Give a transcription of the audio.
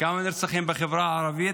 כמה נרצחים בחברה הערבית.